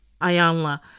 Ayanla